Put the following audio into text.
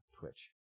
Twitch